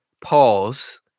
pause